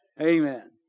Amen